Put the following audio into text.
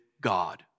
God